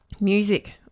music